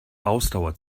ausdauer